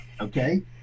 okay